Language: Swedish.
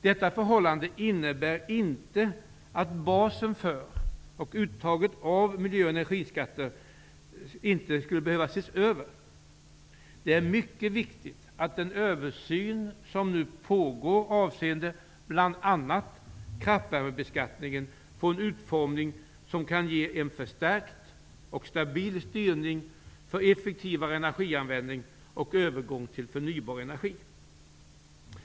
Detta förhållande innebär inte att basen för och uttaget av miljö och energiskatter inte skulle behöva ses över. Det är mycket viktigt att den översyn som nu pågår avseende bl.a. kraftvärmebeskattningen får en utformning som kan ge en förstärkt och stabil styrning för effektivare energianvändning och övergång till förnybar energi.